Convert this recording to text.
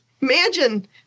imagine